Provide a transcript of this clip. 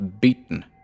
beaten